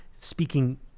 speaking